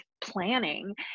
planning